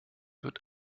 wird